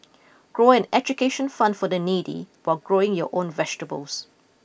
grow an education fund for the needy while growing your own vegetables